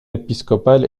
épiscopale